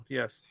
Yes